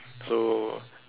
so